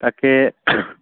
তাকে